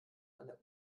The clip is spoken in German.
einer